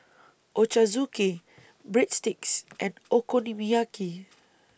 Ochazuke Breadsticks and Okonomiyaki